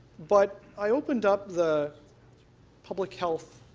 but i opened up the public health